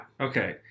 Okay